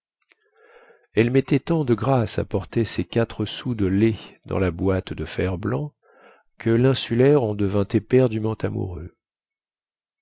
elle mettait tant de grâce à porter ses quatre sous de lait dans la boîte de fer-blanc que linsulaire en devint éperdument amoureux